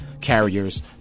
carriers